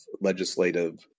legislative